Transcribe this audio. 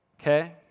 okay